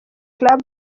club